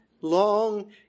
long